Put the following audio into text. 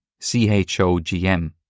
CHOGM